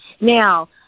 Now